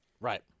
right